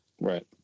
Right